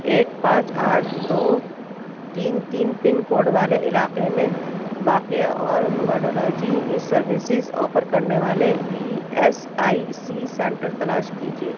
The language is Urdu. ایک پانچ آٹھ دو تین تین پن کوڈ والے علاقے میں واقع اور ہیماٹولوجی سروسز آفر کرنے والے E S I C centre تلاش کیجیے